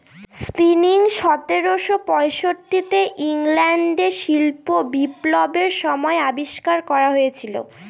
spinning সতেরোশো পয়ষট্টি তে ইংল্যান্ডে শিল্প বিপ্লবের সময় আবিষ্কার করা হয়েছিল